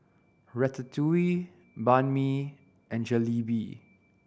Ratatouille Banh Mi and Jalebi